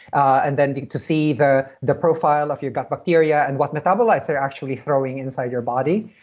and then to see the the profile of your gut bacteria and what metabolites are actually throwing inside your body,